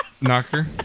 Knocker